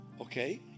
Okay